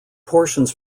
portions